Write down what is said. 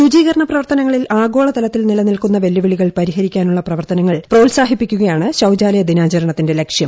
ശുചീകരണ പ്രവർത്തനങ്ങളിൽ ആഗോളതലത്തിൽ നിലനിൽക്കുന്ന വെല്ലുവിളികൾ പരിഹരിക്കാനുള്ള പ്രവർത്തനങ്ങൾ പ്രോത്സാഹിപ്പിക്കുകയാണ് ശൌചാലയ ദിനാചരണത്തിന്റെ ലക്ഷ്യം